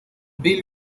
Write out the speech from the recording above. bill